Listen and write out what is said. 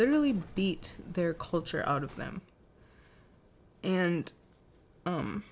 literally beat their culture out of them and